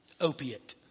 opiate